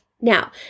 Now